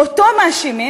ואותו מאשימים.